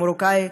או מרוקאי,